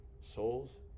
souls